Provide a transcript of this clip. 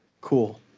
Cool